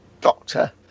Doctor